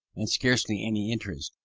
and scarcely any interest,